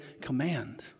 command